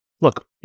Look